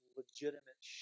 legitimate